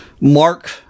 Mark